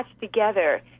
together